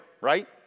right